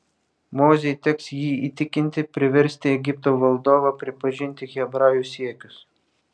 mozei teks jį įtikinti priversti egipto valdovą pripažinti hebrajų siekius